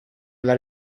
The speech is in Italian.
alla